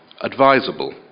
advisable